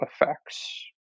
effects